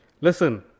listen